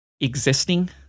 existing